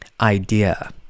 idea